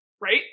Right